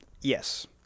yes